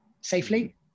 safely